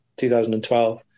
2012